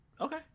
Okay